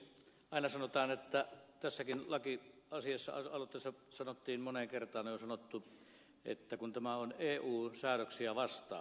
aina sanotaan tässäkin lakialoitteessa on sanottu moneen kertaan että tämä on eu säädöksiä vastaan